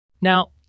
Now